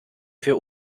für